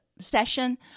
session